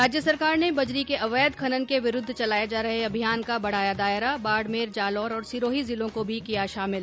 राज्य सरकार ने बजरी के अवैध खनन के विरूद्व चलाए जा रहे अभियान का बढ़ाया दायरा बाड़मेर जालौर और सिरोही जिलों को भी किया शामिल